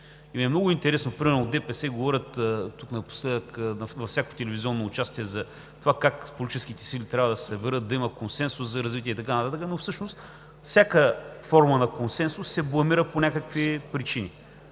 много интересно примерно ДПС да говорят напоследък във всяко телевизионно участие затова как политическите сили трябвало да се съберат, да има консенсус за развитие и така нататък, но всъщност всяка форма на консенсус се бламира по някакви причини